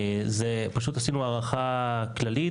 פשוט עשינו הערכה כללית,